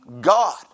God